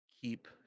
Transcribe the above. keep